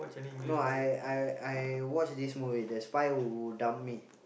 no I I I watch this movie the spy who dumped me